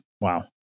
Wow